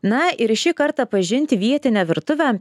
na ir šį kartą pažinti vietinę virtuvę